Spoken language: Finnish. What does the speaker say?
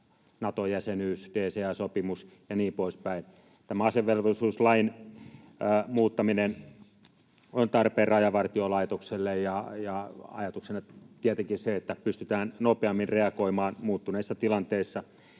Nato-jäsenyys, DCA-sopimus ja niin poispäin. Tämä asevelvollisuuslain muuttaminen on tarpeen Rajavartiolaitokselle, ja ajatuksena on tietenkin se, että pystytään nopeammin reagoimaan muuttuneissa tilanteissa.